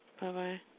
Bye-bye